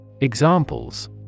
Examples